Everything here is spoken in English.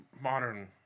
modern